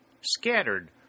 Scattered